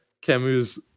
Camus